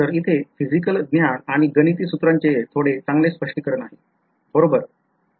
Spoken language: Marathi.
तर इथे physical ज्ञान आणि गणिती सूत्रांचे थोडे चांगले स्पष्टीकरण आहे बरोबर